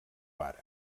pare